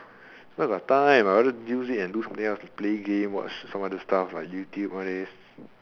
where got time I rather use it and do something else to play game watch some other stuff like YouTube and all these